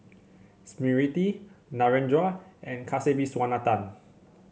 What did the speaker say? Smriti Narendra and Kasiviswanathan